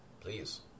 please